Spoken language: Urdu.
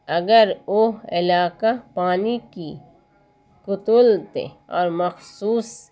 اگر وہ علاقہ پانی کی قلتیں اور مخصوص